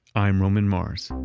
i'm roman mars.